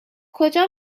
کجا